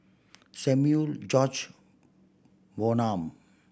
Samuel George Bonham